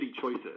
choices